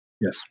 Yes